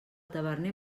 taverner